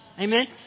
Amen